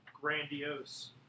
grandiose